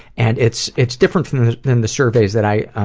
and it's it's different than the surveys that i,